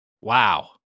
Wow